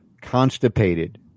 constipated